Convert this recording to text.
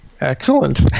Excellent